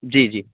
جی جی